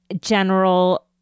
general